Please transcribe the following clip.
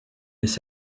miss